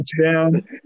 touchdown